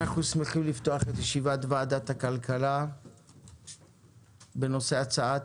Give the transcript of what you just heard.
אנחנו שמחים לפתוח את ישיבת ועדת הכלכלה בנושא הצעת